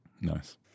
Nice